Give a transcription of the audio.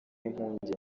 impungenge